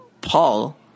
Paul